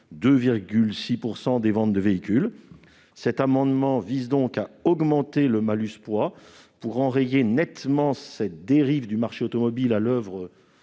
2,6 % des ventes de véhicules. Cet amendement vise donc à augmenter le malus poids, afin d'enrayer la dérive du marché automobile à l'oeuvre